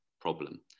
problem